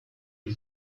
die